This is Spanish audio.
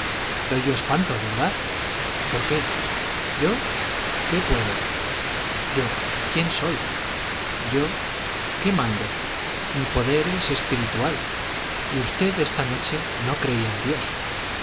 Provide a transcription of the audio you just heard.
doy yo espanto verdad por qué yo qué puedo yo quién soy yo qué mando mi poder es espiritual y usted esta noche no creía en dios